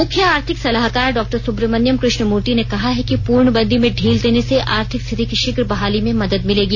मुख्य आर्थिक सलाहकार डॉ सुब्रह्मणयम कृष्णमूर्ति ने कहा है कि पूर्णबंदी में ढील देने से आर्थिक स्थिति की शीघ्र बहाली में मदद मिलेगी